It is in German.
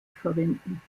verwenden